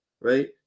right